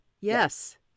Yes